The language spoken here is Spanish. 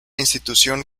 institución